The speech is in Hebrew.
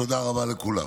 תודה רבה לכולם.